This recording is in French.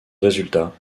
résultat